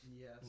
Yes